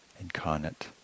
incarnate